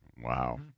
Wow